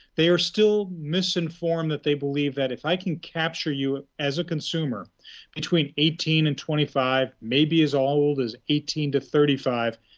they are still misinformed that they believe that if i can capture you as a consumer between eighteen and twenty five, maybe as old as eighteen to thirty five,